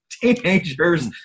teenagers